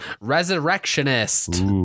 Resurrectionist